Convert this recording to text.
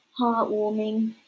heartwarming